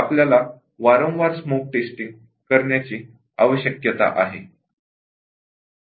आपल्याला वारंवार smoke testing करण्याची आवश्यकता आहे